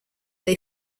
they